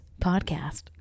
podcast